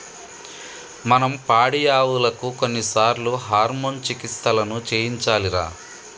మనం పాడియావులకు కొన్నిసార్లు హార్మోన్ చికిత్సలను చేయించాలిరా